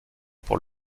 pour